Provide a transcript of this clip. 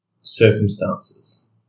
circumstances